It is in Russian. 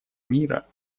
мира